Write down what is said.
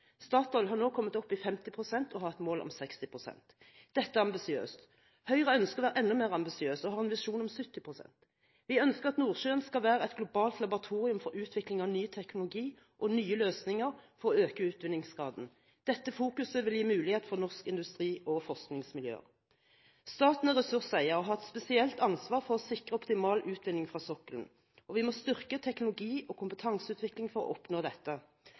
Statoil har nå kommet opp i 50 pst. og har et mål om 60 pst. Dette er ambisiøst. Høyre ønsker å være enda mer ambisiøse og har en visjon om 70 pst. Vi ønsker at Nordsjøen skal være et globalt laboratorium for utvikling av ny teknologi og nye løsninger for å øke utvinningsgraden. Dette fokuset vil gi muligheter for norsk industri og forskningsmiljøer. Staten er ressurseier og har et spesielt ansvar for å sikre optimal utvinning fra sokkelen, og vi må styrke teknologi- og kompetanseutviklingen for å oppnå dette.